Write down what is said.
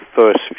first